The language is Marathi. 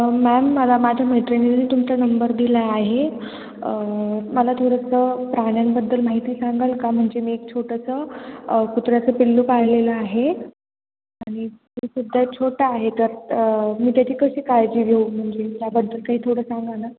मॅम मला माझ्या मैत्रिणीनी तुमचा नंबर दिला आहे मला थोडंसं प्राण्यांबद्दल माहिती सांगाल का म्हणजे मी एक छोटंसं कुत्र्याचं पिल्लू पाळलेलं आहे आणि ते सुुद्धा छोटं आहे तर मी त्याची कशी काळजी घेऊ म्हणजे त्याबद्दल काही थोडं सांगा ना